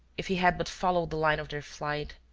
if he had but followed the line of their flight.